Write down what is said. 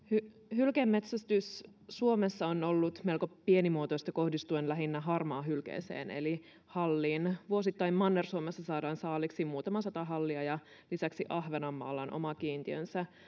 hylkeenmetsästys suomessa on ollut melko pienimuotoista kohdistuen lähinnä harmaahylkeeseen eli halliin vuosittain manner suomessa saadaan saaliiksi muutama sata hallia ja lisäksi ahvenanmaalla on oma kiintiönsä